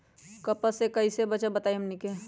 कपस से कईसे बचब बताई हमनी के?